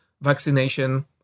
vaccination